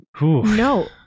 No